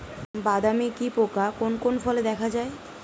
বাদামি কি পোকা কোন কোন ফলে দেখা যায়?